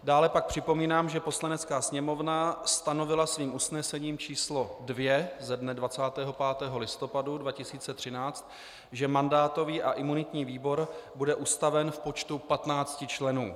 Dále pak připomínám, že Poslanecká sněmovna stanovila svým usnesením číslo 2 ze dne 25. listopadu 2013, že mandátový a imunitní výbor bude ustaven v počtu 15 členů.